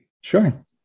Sure